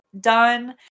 done